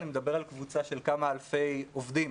אני מדבר על קבוצה של כמה אלפי עובדים,